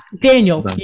daniel